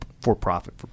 for-profit